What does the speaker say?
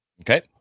okay